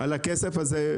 הכסף הזה,